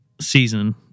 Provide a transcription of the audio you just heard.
Season